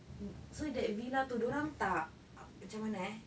mm so that villa tu dia orang tak macam mana eh